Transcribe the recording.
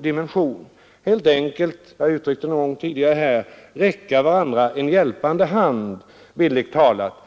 dimension. Helt enkelt — jag har uttryckt det någon gång tidigare här — att man räcker varandra en hjälpande hand, bildligt talat.